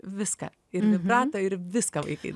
viską ir vibratą ir viską vaikai